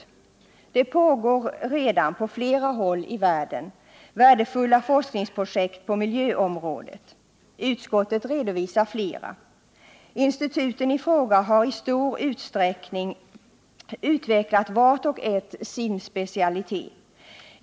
På flera håll i världen har det på miljöområdet redan igångsatts värdefulla forskningsprojekt. Utskottet redovisar flera. Instituten i fråga har i stor utsträckning vart och ett utvecklat sin specialitet.